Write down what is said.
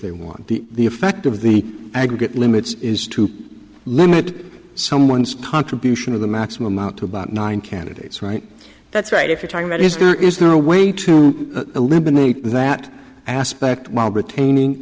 they want the effect of the aggregate limits is to limit someone's contribution of the maximum out to about nine candidates right that's right if you're talking about is car is there a way to eliminate that aspect while retaining